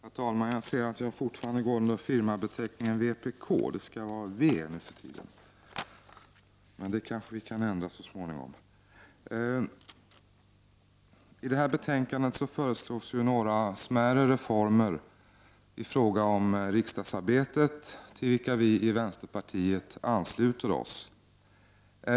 Herr talman! Jag ser att jag fortfarande går under firmabeteckningen vpk på namntablån i kammarens fond. Det skall vara v nu för tiden! Det kanske kan ändras så småningom. I det här betänkandet föreslås några smärre reformer i fråga om riksdagsarbetet, till vilka vi i vänsterpartiet ansluter oss.